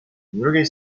drugiej